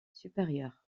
supérieur